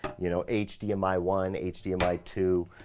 you know, h d m i one, h d m i two,